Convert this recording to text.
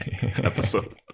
episode